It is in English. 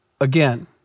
again